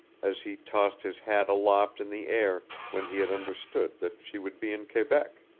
as he tossed his hat aloft in the air when he had understood that she would be in quebec.